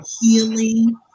healing